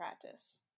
practice